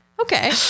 Okay